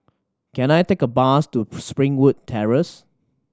can I take a bus to Springwood Terrace